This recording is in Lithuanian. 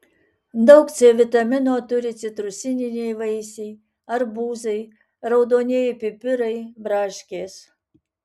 daug c vitamino turi citrusiniai vaisiai arbūzai raudonieji pipirai braškės